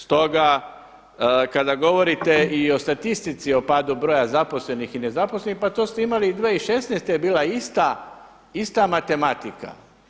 Stoga kada govorite i o statistici o padu broja zaposlenih i nezaposlenih, pa to ste imali i 2016. je bila ista matematika.